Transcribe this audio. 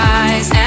eyes